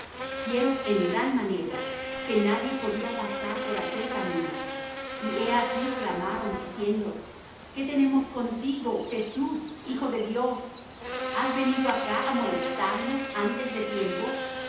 fieros en gran manera que nadie podía pasar por aquel camino y he aquí clamaron diciendo qué tenemos contigo jesús hijo de dios has venido acá á molestarnos antes de tiempo